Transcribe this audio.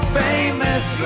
famous